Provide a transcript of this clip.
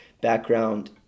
background